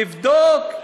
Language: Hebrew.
תבדוק.